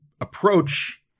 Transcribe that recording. approach